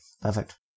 perfect